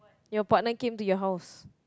your partner came to your house